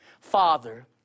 Father